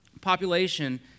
population